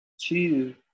two